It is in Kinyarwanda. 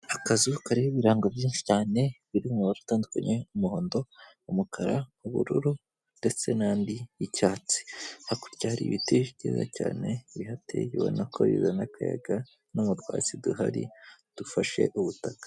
Akazu kariho ibirango byinshi cyane, biri mu mabara utandukanye, umuhondo, umukara, ubururu ndetse n'andi y'icyatsi, hakurya hari ibiti byiza cyane, bihatewe ubona ko bizana akayaga, no mutwatsi duhari dufashe ubutaka.